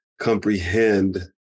comprehend